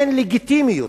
אין לגיטימיות.